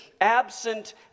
absent